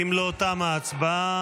אם לא, תמה ההצבעה.